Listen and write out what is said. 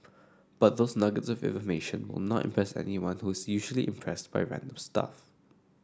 but those nuggets of information will not impress anyone who is usually impressed by random stuff